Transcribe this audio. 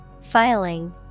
Filing